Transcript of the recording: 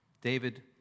David